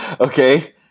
Okay